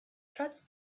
trotz